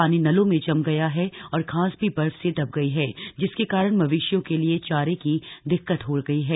पानी नलों में जम गया है और घास भी बर्फ से दब गई है जिसके कारण मवेशियों के लिए चारे की दिक्कत हो गई है